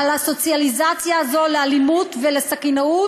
על הסוציאליזציה הזאת לאלימות ולסכינאות?